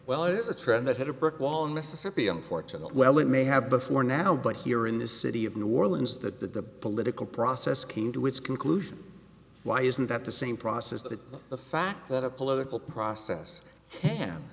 well it is a trend that had a brick wall in mississippi unfortunate well it may have before now but here in the city of new orleans the political process came to its conclusion why isn't that the same process that the fact that a political process can